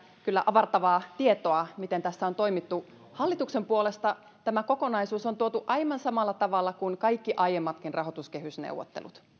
kyllä avartavaa tietoa miten tässä on toimittu hallituksen puolesta tämä kokonaisuus on tuotu aivan samalla tavalla kuin kaikki aiemmatkin rahoituskehysneuvottelut